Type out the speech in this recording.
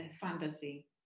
fantasy